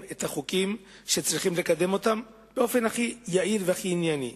את החוקים שצריך לקדם באופן הכי יעיל והכי ענייני.